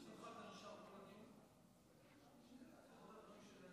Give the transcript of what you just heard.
כבוד היושב-ראש, עוד לא יצא לי